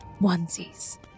Onesies